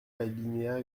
l’alinéa